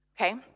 okay